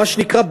מה שנקרא,